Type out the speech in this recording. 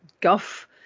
guff